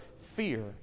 fear